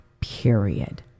period